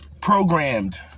programmed